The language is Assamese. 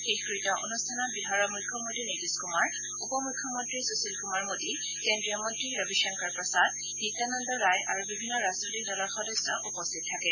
শেষকত্য অনুষ্ঠানত বিহাৰৰ মুখ্যমন্ত্ৰী নীতিশ কুমাৰ উপ মুখ্যমন্ত্ৰী সুশীল কুমাৰ মোদী কেন্দ্ৰীয় মন্ত্ৰী ৰবি শংকৰ প্ৰসাদ নিত্যানন্দ ৰায় আৰু বিভিন্ন ৰাজনৈতিক দলৰ সদস্য উপস্থিত থাকে